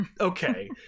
okay